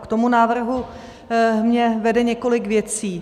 K tomu návrhu mě vede několik věcí.